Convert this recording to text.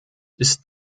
ist